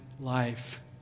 life